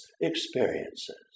experiences